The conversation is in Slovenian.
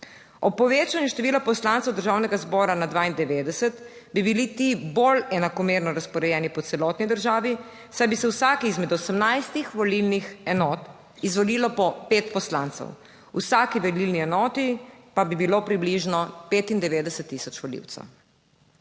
povečanju števila poslancev Državnega zbora na 92, bi bili ti bolj enakomerno razporejeni po celotni državi, saj bi se v vsaki izmed 18 volilnih enot izvolilo po pet poslancev, v vsaki volilni enoti pa bi bilo približno 95 tisoč volivcev.